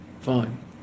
Fine